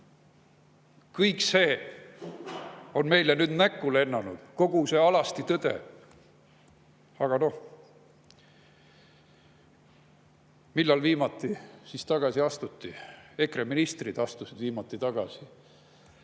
Kõik see on meile nüüd näkku lennanud, kogu see alasti tõde. Aga noh, millal viimati tagasi astuti? EKRE ministrid astusid viimati tagasi.